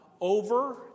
over